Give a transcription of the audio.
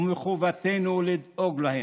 ומחובתנו לדאוג לו.